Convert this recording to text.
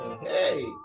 Hey